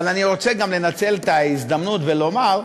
אבל אני רוצה גם לנצל את ההזדמנות ולומר: